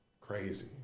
crazy